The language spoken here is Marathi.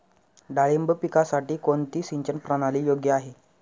डाळिंब पिकासाठी कोणती सिंचन प्रणाली योग्य आहे?